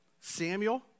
Samuel